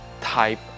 type